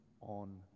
on